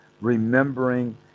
remembering